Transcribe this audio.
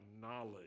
knowledge